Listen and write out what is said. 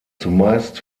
zumeist